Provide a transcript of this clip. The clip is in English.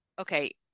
okay